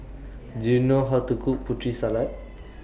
Do YOU know How to Cook Putri Salad